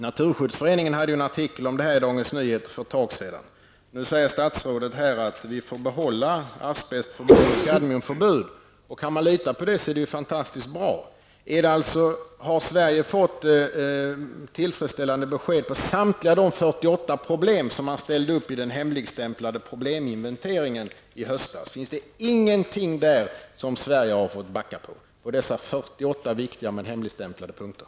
Naturskyddsföreningen hade en artikel om detta i Dagens Nyheter för ett tag sedan. Nu säger statsrådet här att vi får behålla asbestförbud och kadmiumförbud. Kan man lita på det, så är det ju fantastiskt bra. Har Sverige fått tillfredsställande besked när det gäller samtliga de 48 problem som man ställde upp i den hemligstämplade probleminventeringen i höstas? Finns det ingenting som Sverige har fått backa från när det gäller dessa 48 viktiga men hemligstämplade punkter?